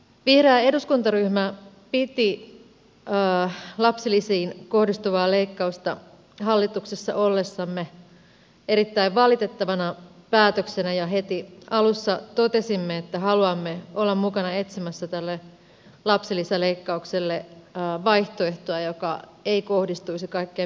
vihreä eduskuntaryhmä hallituksessa ollessa piti lapsilisiin kohdistuvaa leikkausta erittäin valitettavana päätöksenä ja heti alussa totesimme että haluamme olla mukana etsimässä tälle lapsilisäleikkaukselle vaihtoehtoa joka ei kohdistuisi kaikkein pienituloisimpiin